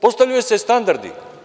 Postavljaju se standardi.